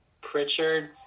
Pritchard